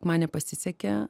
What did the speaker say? man nepasisekė